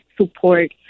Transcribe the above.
support